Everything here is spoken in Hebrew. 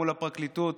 מול הפרקליטות.